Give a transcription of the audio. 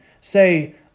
say